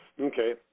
Okay